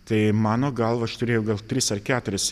tai mano galva aš turėjau gal tris ar keturias